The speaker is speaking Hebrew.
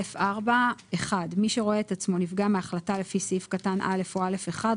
(א4) (1) מי שרואה את עצמו נפגע מההחלטה לפי סעיף קטן (א) או )א1),